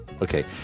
Okay